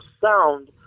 sound